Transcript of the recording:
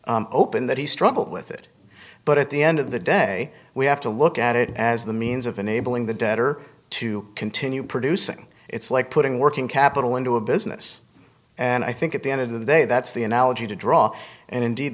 open that he struggled with it but at the end of the day we have to look at it as the means of enabling the debtor to continue producing it's like putting working capital into a business and i think at the end of the day that's the analogy to draw and indeed